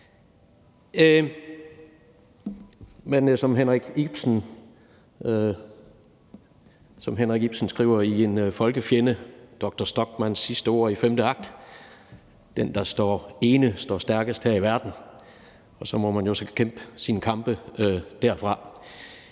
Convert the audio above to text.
Men som Henrik Ibsen skriver i »En Folkefjende« – dr. Stockmanns sidste ord i femte akt: Den, der står ene, står stærkest her i verden. Og så må man jo kæmpe sine kampe derfra.